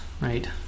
right